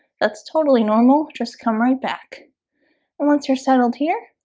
that's totally normal. just come right back once you're settled here,